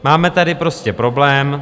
Máme tady prostě problém.